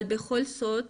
אבל בכל זאת